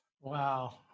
Wow